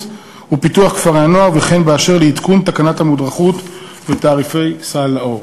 ופיתוח של כפרי-הנוער וכן באשר לעדכון תקנת המודרכות ותעריפי סל-לאור.